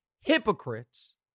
hypocrites